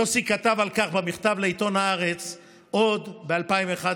יוסי כתב על כך במכתב לעיתון הארץ עוד ב-2011,